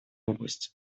области